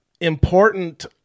important